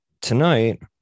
Tonight